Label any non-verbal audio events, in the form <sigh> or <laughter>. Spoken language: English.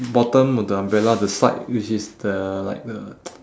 bottom of the umbrella the side which is the like the <noise>